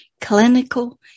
clinical